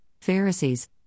Pharisees